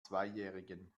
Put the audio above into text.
zweijährigen